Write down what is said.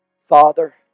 Father